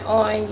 on